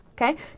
okay